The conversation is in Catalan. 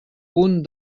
punt